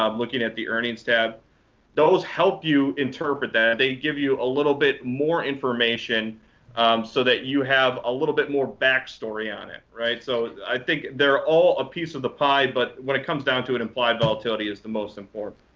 um looking at the earnings tab those help you interpret that. and they give you a little bit more information so that you have a little bit more backstory on it. so i think they're all a piece of the pie, but when it comes down to it, implied volatility is the most important.